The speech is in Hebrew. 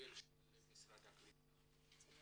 המודל של משרד הקליטה לכל